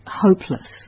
hopeless